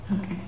Okay